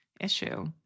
issue